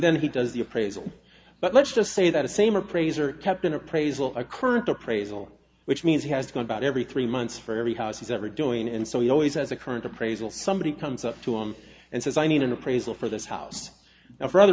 then he does the appraisal but let's just say that the same appraiser kept an appraisal our current appraisal which means he has gone about every three months for every house he's ever doing and so he always has a current appraisal somebody comes up to him and says i need an appraisal for this house now for other